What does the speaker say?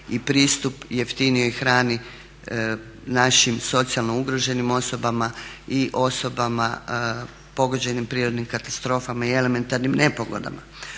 i pristup jeftinijoj hrani našim socijalno ugroženim osobama i osobama pogođenim prirodnim katastrofama i elementarnim nepogodama.